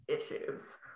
issues